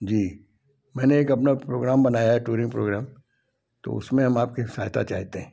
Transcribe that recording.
जी मैंने एक अपना प्रोग्राम बनाया है टूरिंग प्रोग्राम तो उसमें हम आपकी सहायता चाहते हैं